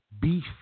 beef